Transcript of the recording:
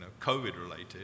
COVID-related